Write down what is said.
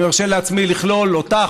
אני מרשה לעצמי לכלול אותך,